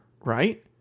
right